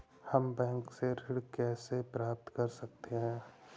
हम बैंक से ऋण कैसे प्राप्त कर सकते हैं?